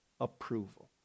approval